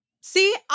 see